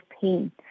pain